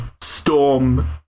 storm